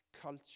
culture